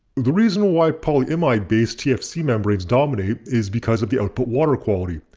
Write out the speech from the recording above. the reason why polyimide based tfc membranes dominate is because of the output water quality.